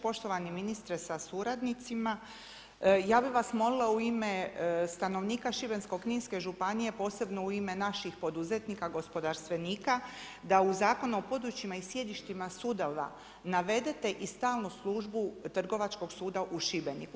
Poštovani ministre sa suradnicima, ja bih vas molila u ime stanovnika Šibensko-kninske županije posebno u ime naših poduzetnika, gospodarstvenika da u Zakon o područjima i sjedištima sudova navedete i stalnu službu Trgovačkog suda u Šibeniku.